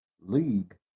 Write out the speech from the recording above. league